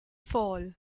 fall